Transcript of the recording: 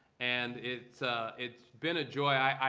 and it's it's been a joy.